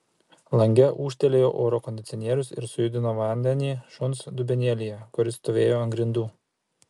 lange ūžtelėjo oro kondicionierius ir sujudino vandenį šuns dubenėlyje kuris stovėjo ant grindų